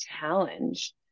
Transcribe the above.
challenge